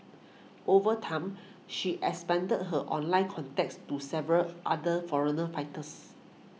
over time she expanded her online contacts to several other foreigner fighters